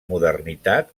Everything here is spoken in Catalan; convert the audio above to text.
modernitat